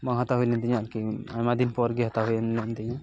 ᱵᱟᱝ ᱦᱟᱛᱟᱣ ᱦᱩᱭᱞᱮᱱ ᱛᱤᱧᱟᱹ ᱟᱨᱠᱤ ᱟᱭᱢᱟ ᱫᱤᱱ ᱯᱚᱨ ᱜᱮ ᱦᱟᱛᱟᱣ ᱦᱩᱭᱮᱱ ᱛᱤᱧᱟᱹ